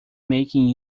making